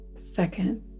second